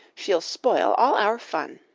she'll spoil all our fun.